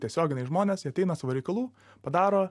tiesioginiai žmonės jie ateina savo reikalų padaro